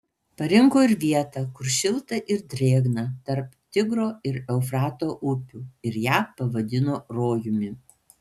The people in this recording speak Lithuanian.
parinko ir vietą kur šilta ir drėgna tarp tigro ir eufrato upių ir ją pavadino rojumi